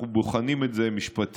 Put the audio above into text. אנחנו בוחנים את זה משפטית,